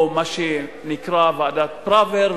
או מה שנקרא ועדת-פראוור.